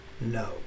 no